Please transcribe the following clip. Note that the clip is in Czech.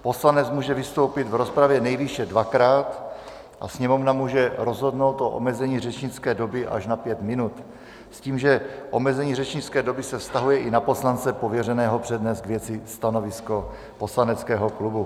Poslanec může vystoupit v rozpravě nejvýše dvakrát a Sněmovna může rozhodnout o omezení řečnické doby až na pět minut s tím, že omezení řečnické doby se vztahuje i na poslance pověřeného přednést k věci stanovisko poslaneckého klubu.